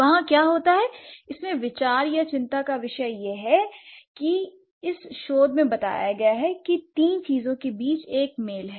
वहां क्या होता है इसमें विचार या चिंता का विषय यह है कि इस शोध में बताया गया है कि तीन चीजों के बीच एक मेल है